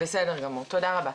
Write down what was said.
בסדר גמור, תודה רבה.